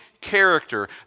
character